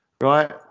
Right